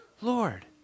Lord